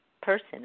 person